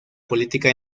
política